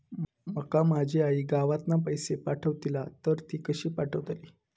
माका माझी आई गावातना पैसे पाठवतीला तर ती कशी पाठवतली?